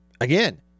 again